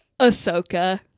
Ahsoka